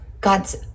god's